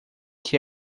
que